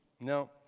no